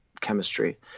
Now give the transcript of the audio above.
chemistry